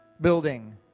building